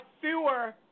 fewer